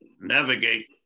navigate